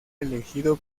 elegido